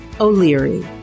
O'Leary